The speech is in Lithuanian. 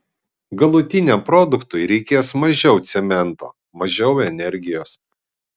galutiniam produktui reikės mažiau cemento mažiau energijos